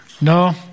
No